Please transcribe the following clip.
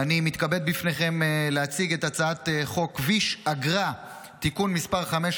אני מתכבד להציג בפניכם את הצעת חוק כביש אגרה (תיקון מס' 5),